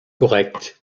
correct